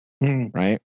Right